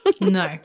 No